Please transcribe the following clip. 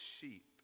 sheep